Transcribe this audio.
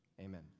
amen